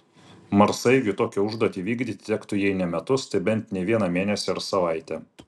marsaeigiui tokią užduotį vykdyti tektų jei ne metus tai bent ne vieną mėnesį ar savaitę